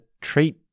treat